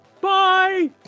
Bye